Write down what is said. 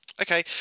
Okay